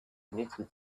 needed